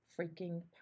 freaking